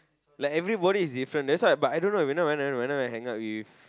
like everybody is different that's why but I don't know we are not we are not we are not going to hang out with